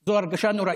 זו הרגשה נוראית.